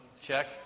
Check